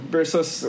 Versus